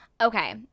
Okay